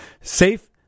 safe